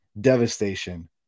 devastation